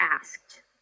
asked